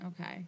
Okay